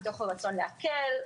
מתוך רצון להקל,